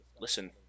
listen